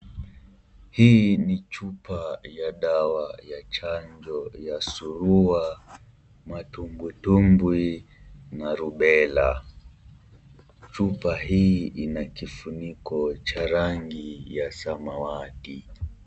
Hii ni chupa ya dawa ya chanjo ya surua, matumbwitumbwi na rubella , chupa hii ina kifuniko cha rangi ya samawati.